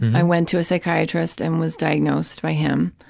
i went to a psychiatrist and was diagnosed by him,